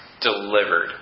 delivered